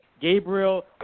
Gabriel